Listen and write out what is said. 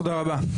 תודה רבה.